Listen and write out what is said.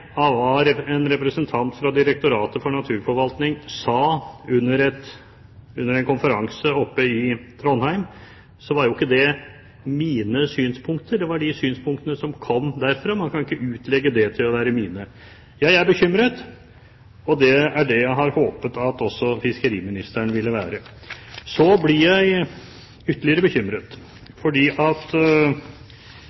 en representant fra Direktoratet for naturforvaltning sa under en konferanse i Trondheim, var ikke det mine synspunkter. Det var de synspunktene som kom derfra. Man kan ikke utlegge dem til å være mine. Jeg er bekymret, og det er det jeg hadde håpet at også fiskeriministeren også ville være. Så blir jeg ytterligere bekymret